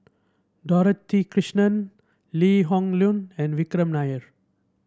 Dorothy Krishnan Lee Hoon Leong and Vikram Nair